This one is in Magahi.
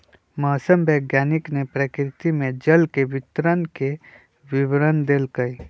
मौसम वैज्ञानिक ने प्रकृति में जल के वितरण के विवरण देल कई